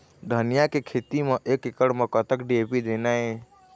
धनिया के खेती म एक एकड़ म कतक डी.ए.पी देना ये?